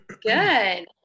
Good